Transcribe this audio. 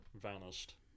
vanished